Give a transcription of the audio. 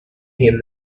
him